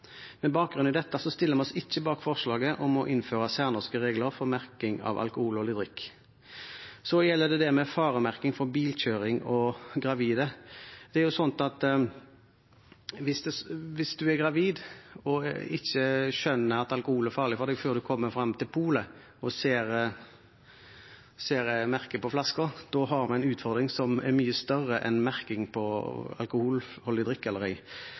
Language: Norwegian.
Med bakgrunn i dette stiller vi oss ikke bak forslaget om å innføre særnorske regler for merking av alkoholholdig drikk. Så gjelder det dette med faremerking i forbindelse med bilkjøring og under graviditet. Det er jo slik at hvis du er gravid og ikke skjønner at alkohol er farlig for deg før du kommer til polet og ser merkingen på flaska, da har vi en utfordring som er mye større enn merking på alkoholholdig drikk eller ei.